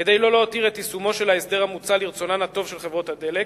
כדי לא להותיר את יישומו של ההסדר המוצע לרצונן הטוב של חברות הדלק,